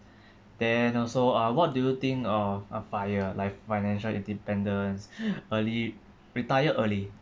then also uh what do you think of uh fi~ uh like financial independence early retire early